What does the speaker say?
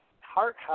heart